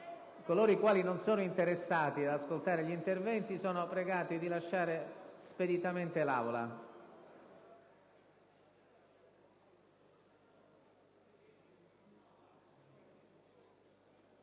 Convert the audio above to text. coloro che non sono interessati ad ascoltare gli interventi, sono pregati di lasciare speditamente l'Aula.